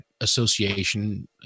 association